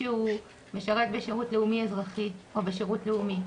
שהוא משרת בשירות לאומי- אזרחי או בשירות לאומי.